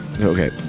okay